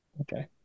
Okay